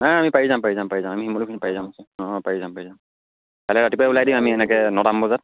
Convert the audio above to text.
নাই আমি পাৰি যাম পাৰি যাম আমি শিমলুগুৰিখিনি পাৰি যাম অঁ পাৰি যাম পাৰি যাম কাইলৈ ৰাতিপুৱাই ওলাই দিম এনেকৈ নটামান বজাত